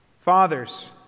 Fathers